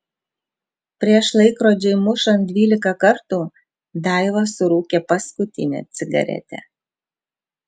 prieš laikrodžiui mušant dvylika kartų daiva surūkė paskutinę cigaretę